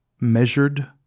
measured